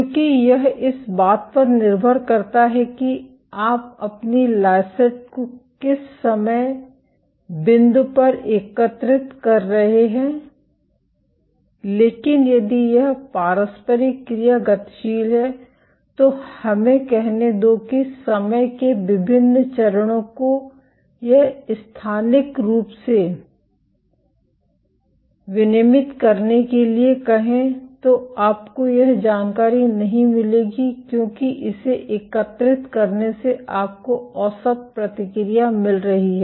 क्योंकि यह इस बात पर निर्भर करता है कि आप अपनी लायसेट को किस समय बिंदु पर एकत्रित कर रहे हैं लेकिन यदि यह पारस्परिक क्रिया गतिशील है तो हमें कहने दो कि समय के विभिन्न चरणों को या स्थानिक रूप से विनियमित करने के लिए कहें तो आपको यह जानकारी नहीं मिलेगी क्योंकि इसे एकत्रित करने से आपको औसत प्रतिक्रिया मिल रही है